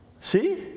see